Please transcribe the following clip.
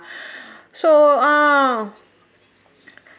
so ah